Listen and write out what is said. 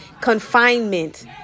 confinement